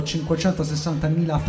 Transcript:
560.000